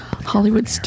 Hollywood